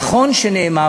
נכון שנאמר,